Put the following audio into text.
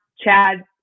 Chad